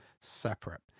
separate